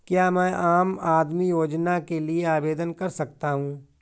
क्या मैं आम आदमी योजना के लिए आवेदन कर सकता हूँ?